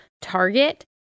Target